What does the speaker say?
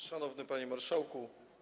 Szanowny Panie Marszałku!